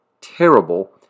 terrible